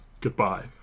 Goodbye